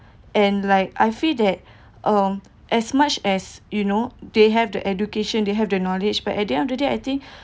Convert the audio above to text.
and like I feel that um as much as you know they have the education they have the knowledge but at the end of the day I think